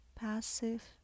passive